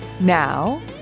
Now